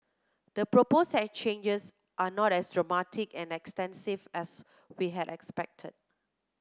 the proposed changes are not as dramatic and extensive as we had expected